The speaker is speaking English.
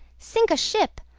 sink a ship!